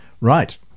Right